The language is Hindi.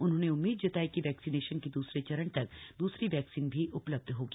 उन्होंने उम्मीद जताई कि वैक्सीनेशन के दूसरे चरण तक दूसरी वैक्सीन भी उपलब्ध होंगी